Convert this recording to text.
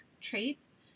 traits